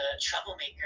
troublemaker